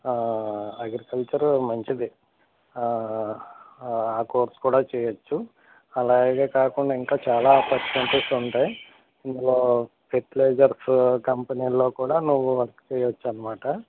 agriculture మంచిది ఆ course కూడా చేయచ్చు అలాగే కాకుండా ఇంకా చాలా ఆపర్చునిటీస్ ఉంటాయి ఇందులో ఫెర్టిలైజర్స్ కంపెనీలో కూడా నువ్వు వర్క్ చేయచ్చు అన్నమాట